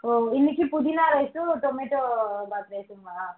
ஓ இன்னைக்கி புதினா ரைஸும் டொமேட்டோ பாத் ரைஸுமா